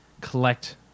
collect